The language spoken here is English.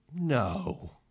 No